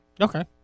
Okay